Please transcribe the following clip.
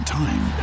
time